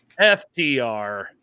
FDR